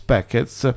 Packets